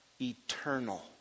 eternal